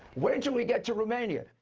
when should we get to romania?